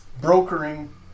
brokering